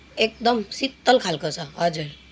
एकदम शीतल खालको छ हजुर